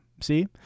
See